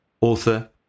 author